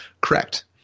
correct